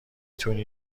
تونی